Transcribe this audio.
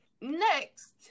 Next